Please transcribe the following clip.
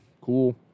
cool